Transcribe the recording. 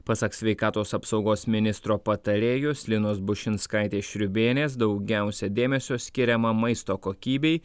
pasak sveikatos apsaugos ministro patarėjos linos bušinskaitės šriūbėnės daugiausia dėmesio skiriama maisto kokybei